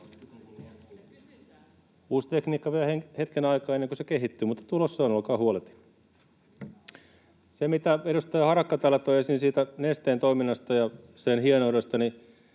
Uusi tekniikka vie hetken aikaa, ennen kuin se kehittyy. Mutta tulossa on, olkaa huoleti. Siinä, mitä edustaja Harakka täällä toi esiin Nesteen toiminnasta ja sen hienoudesta viime